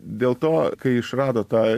dėl to kai išrado tą